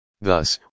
Thus